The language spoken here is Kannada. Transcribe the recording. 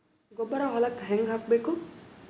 ಗೊಬ್ಬರ ಹೊಲಕ್ಕ ಹಂಗ್ ಹಾಕಬೇಕು?